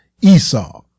Esau